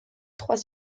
trois